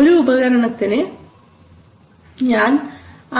ഒരു ഉപകരണത്തിന് ഞാൻ